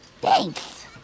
Thanks